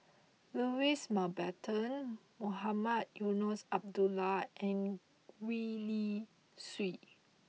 Louis Mountbatten Mohamed Eunos Abdullah and Gwee Li Sui